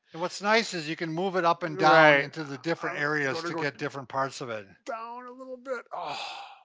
and what's nice is you can move it up and down to the different areas to get different parts of it. down a little bit. ah